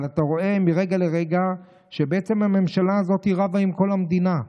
אבל אתה רואה מרגע לרגע שבעצם הממשלה הזאת רבה עם כל המדינה,